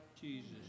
Jesus